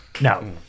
No